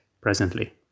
presently